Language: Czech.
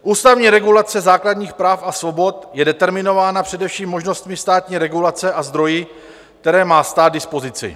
Ústavní regulace základních práv a svobod je determinována především možnostmi státní regulace a zdroji, které má stát k dispozici.